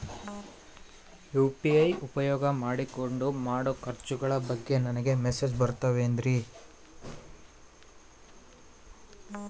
UPI ನ ಉಪಯೋಗ ಮಾಡಿಕೊಂಡು ಮಾಡೋ ಖರ್ಚುಗಳ ಬಗ್ಗೆ ನನಗೆ ಮೆಸೇಜ್ ಬರುತ್ತಾವೇನ್ರಿ?